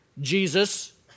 Jesus